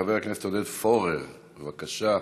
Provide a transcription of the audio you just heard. חבר הכנסת עודד פוֹרֵר, בבקשה.